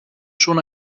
schon